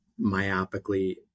myopically